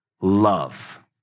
love